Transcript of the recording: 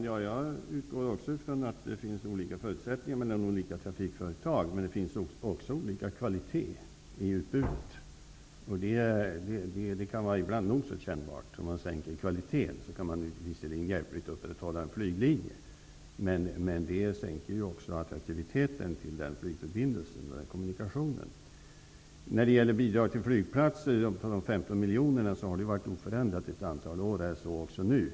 Herr talman! Också jag utgår från att det finns olika förutsättningar mellan olika trafikföretag, men det finns också olika kvalitet i utbudet, och det kan ibland vara nog så kännbart. Om kvaliteten sänks, kan man visserligen hjälpligt upprätthålla en flyglinje, men det sänker också attraktiviteten i flygförbindelsen. När det gäller bidrag till flygplatser har de 15 miljonerna varit oförändrade under ett antal år och förblir det fortfarande.